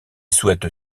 souhaite